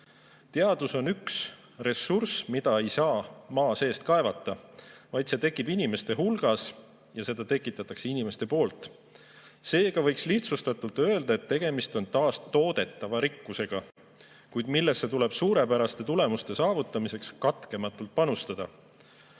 viivad. Teadus on üks ressurss, mida ei saa maa seest kaevata, vaid see tekib inimeste hulgas ja seda tekitatakse inimeste poolt. Seega võiks lihtsustatult öelda, et tegemist on taastoodetava rikkusega, millesse aga tuleb suurepäraste tulemuste saavutamiseks katkematult panustada.